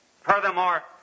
Furthermore